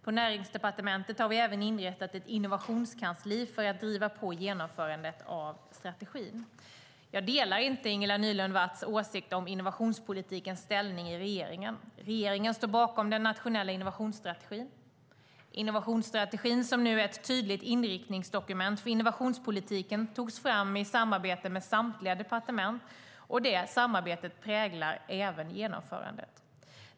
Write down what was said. På Näringsdepartementet har vi även inrättat ett innovationskansli för att driva på genomförandet av strategin. Jag delar inte Ingela Nylund Watz åsikt om innovationspolitikens ställning i regeringen. Regeringen står bakom den nationella innovationsstrategin. Innovationsstrategin, som nu är ett tydligt inriktningsdokument för innovationspolitiken, togs fram i samarbete med samtliga departement, och det samarbetet präglar även genomförandet.